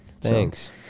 Thanks